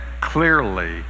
clearly